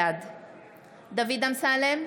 בעד דוד אמסלם,